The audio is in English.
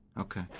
Okay